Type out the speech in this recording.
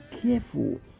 careful